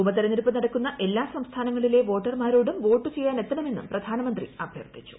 ഉപതെരഞ്ഞെടുപ്പ് നടക്കുന്ന എല്ലാ സംസ്ഥാനങ്ങളിലെ വോട്ടർമാരോടും വോട്ടുചെയ്യാനെത്തണമെന്നും പ്രധാനമന്ത്രി അഭ്യർത്ഥിച്ചു